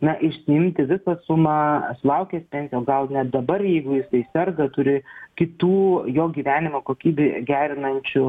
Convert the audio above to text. na išsiimti visą sumą sulaukęs pensijos gal net dabar jeigu jisai serga turi kitų jo gyvenimo kokybę gerinančių